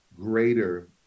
greater